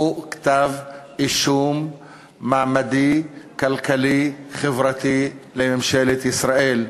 הוא כתב אישום מעמדי, כלכלי, חברתי לממשלת ישראל.